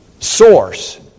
Source